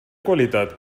qualitat